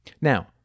Now